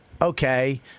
okay